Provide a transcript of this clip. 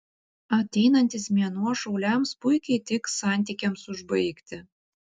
ateinantis mėnuo šauliams puikiai tiks santykiams užbaigti